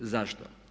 Zašto?